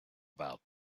about